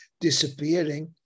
disappearing